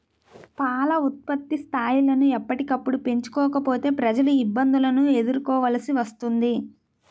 పాల ఉత్పత్తి స్థాయిలను ఎప్పటికప్పుడు పెంచుకోకపోతే ప్రజలు ఇబ్బందులను ఎదుర్కోవలసి వస్తుంది